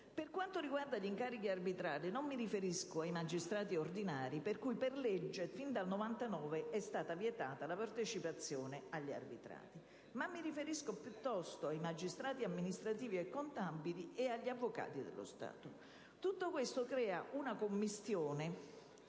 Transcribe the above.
Per quanto riguarda gli incarichi arbitrali, non mi riferisco ai magistrati ordinari, ai quali, per legge, fin dal 1999 è stata vietata la partecipazione agli arbitrati, ma piuttosto ai giudici amministrativi e contabili e agli avvocati dello Stato. Tutto questo crea una commistione